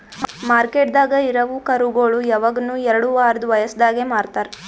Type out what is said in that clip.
ಮಾರ್ಕೆಟ್ದಾಗ್ ಇರವು ಕರುಗೋಳು ಯವಗನು ಎರಡು ವಾರದ್ ವಯಸದಾಗೆ ಮಾರ್ತಾರ್